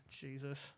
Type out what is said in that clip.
Jesus